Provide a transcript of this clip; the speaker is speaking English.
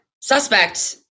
suspect